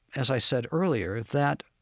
as i said earlier, that,